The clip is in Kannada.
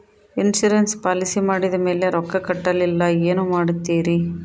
ಇನ್ಸೂರೆನ್ಸ್ ಪಾಲಿಸಿ ಮಾಡಿದ ಮೇಲೆ ರೊಕ್ಕ ಕಟ್ಟಲಿಲ್ಲ ಏನು ಮಾಡುತ್ತೇರಿ?